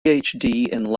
latin